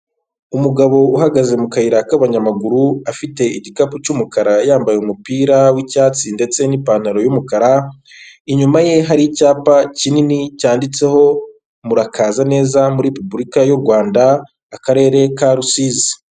Umugabo uhagaze mu kayira k'abanyamaguru, afite igikapu cy'umukara yambaye umupira w'icyatsi ndetse n'pantaro y'umukara, inyuma ye hari icyapa kinini cyanditseho murakaza neza muri Repubulika y'u Rwanda, Akarere ka Rusizi.